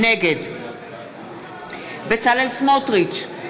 נגד בצלאל סמוטריץ,